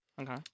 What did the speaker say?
Okay